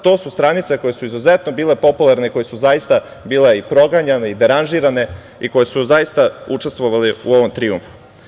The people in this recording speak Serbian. To su stranice koje su izuzetno bile popularne, koje su zaista bile i proganjane i deranžirane i koje su zaista učestvovale u ovom trijumfu.